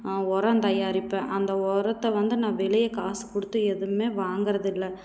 உரம் தயாரிப்பேன் அந்த உரத்த வந்து நான் வெளியே காசு கொடுத்து எதுவுமே வாங்குறதில்லை